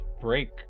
break